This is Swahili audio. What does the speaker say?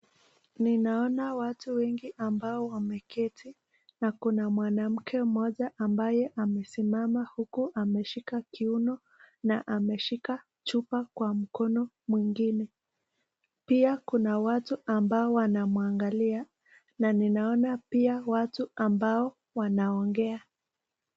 Ninaona watu wengi ambao wameketi na kuna mwanamke mmoja ambaye amesimama uku ameshika kiuno na ameshika chupa kwa mkono mwingine. Pia kuna watu ambao wanamwangalia na ninaona pia watu ambao wanaongea.